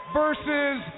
versus